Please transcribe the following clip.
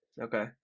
Okay